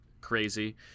crazy